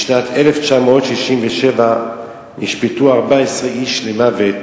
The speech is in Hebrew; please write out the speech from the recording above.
בשנת 1967 נשפטו 14 איש למוות